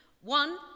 One